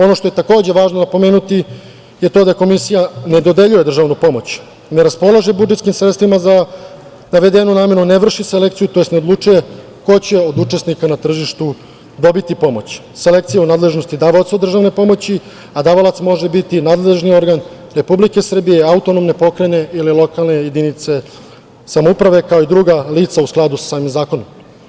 Ono što je, takođe, važno napomenuti je to da Komisija ne dodeljuje državnu pomoć, ne raspolaže budžetskim sredstvima za navedenu namenu, ne vrši selekciju, to jest ne odlučuje ko će od učesnika na tržištu dobiti pomoć, selekciju nadležnosti davaocu državne pomoći, a davalac može biti nadležni organ Republike Srbije, autonomne pokrajine ili lokalne jedinice samouprave, kao i druga lica u skladu sa samim zakonom.